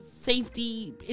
safety